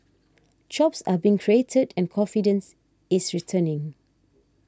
jobs are being created and confidence is returning